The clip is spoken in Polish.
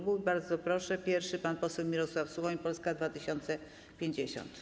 Bardzo proszę, jako pierwszy pan poseł Mirosław Suchoń, Polska 2050.